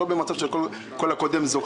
אנחנו נצטרך לקיים את הדיון על הנושא של חופש חנוכה,